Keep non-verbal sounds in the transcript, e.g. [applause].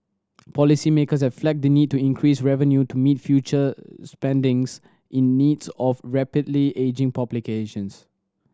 policymakers have flagged the need to increase revenue to meet future spending [unintelligible] in needs of rapidly ageing [unintelligible]